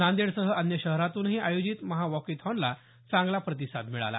नांदेड सह अन्य शहरांतूनही आयोजित महावॉकेथॉनला चांगला प्रतिसाद मिळाला